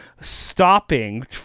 stopping